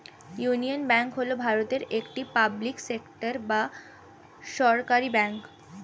union Bank হল ভারতের একটি পাবলিক সেক্টর বা সরকারি ব্যাঙ্ক